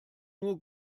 nur